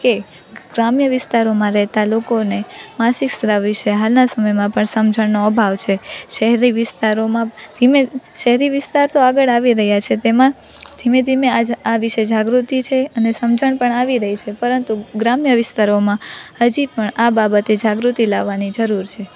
કે ગ્રામ્ય વિસ્તારોમાં રહેતાં લોકોને માસિક સ્ત્રાવ વિશે હાલના સમયમાં પણ સમજણનો અભાવ છે શહેરી વિસ્તારોમાં ધીમે શહેરી વિસ્તાર તો આગળ આવી રહ્યા છે તેમાં ધીમે ધીમે આજ આ વિશે જાગૃતિ છે અને સમજણ પણ આવી રહી છે પરંતુ ગ્રામ્ય વિસ્તારોમાં હજી પણ આ બાબતે જાગૃતિ લાવવાની જરૂર છે